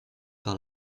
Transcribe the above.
par